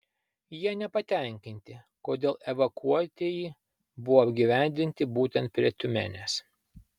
jie nepatenkinti kodėl evakuotieji buvo apgyvendinti būtent prie tiumenės